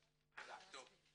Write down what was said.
עמדתו.